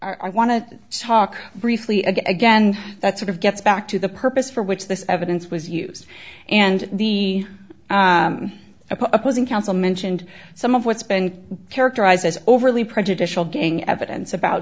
beginning i want to talk briefly again that sort of gets back to the purpose for which this evidence was used and the opposing counsel mentioned some of what's been characterized as overly prejudicial giving evidence about